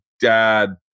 dad